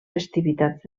festivitats